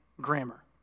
grammar